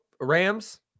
Rams